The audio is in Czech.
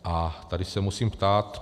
A tady se musím ptát.